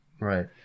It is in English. Right